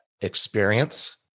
experience